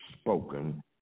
spoken